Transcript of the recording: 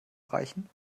reichen